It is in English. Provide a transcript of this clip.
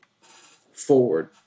forward